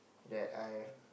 that I